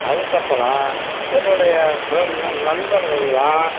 அதுக்கப்புறம் என்னுடைய ஃப்ரெண்ட் நண்பர்களெல்லாம்